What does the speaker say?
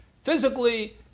physically